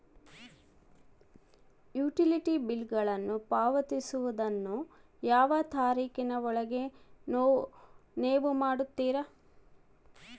Utility ಬಿಲ್ಲುಗಳನ್ನು ಪಾವತಿಸುವದನ್ನು ಯಾವ ತಾರೇಖಿನ ಒಳಗೆ ನೇವು ಮಾಡುತ್ತೇರಾ?